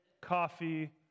coffee